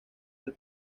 del